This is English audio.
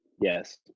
Yes